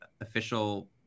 official